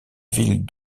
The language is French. ville